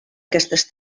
aquestes